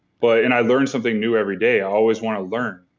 but and i learned something new every day. i always want to learn.